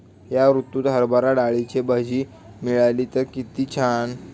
या ऋतूत हरभरा डाळीची भजी मिळाली तर कित्ती छान